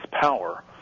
power